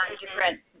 different